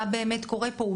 מה באמת קורה פה,